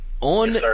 On